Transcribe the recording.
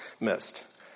missed